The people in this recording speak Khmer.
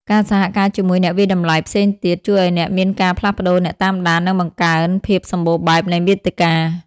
ការសហការជាមួយអ្នកវាយតម្លៃផ្សេងទៀត ជួយឱ្យមានការផ្លាស់ប្តូរអ្នកតាមដាន និងបង្កើនភាពសម្បូរបែបនៃមាតិកា។